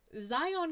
Zion